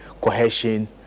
cohesion